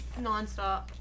Nonstop